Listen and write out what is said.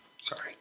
Sorry